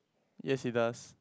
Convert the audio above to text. yes he does